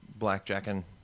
blackjacking